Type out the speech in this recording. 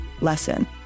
lesson